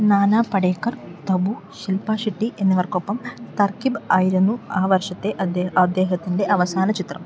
നാനാ പടേക്കർ തബു ശിൽപ ഷെട്ടി എന്നിവർക്കൊപ്പം തർക്കിബ് ആയിരുന്നു ആ വർഷത്തെ അദ്ദേഹത്തിൻ്റെ അവസാന ചിത്രം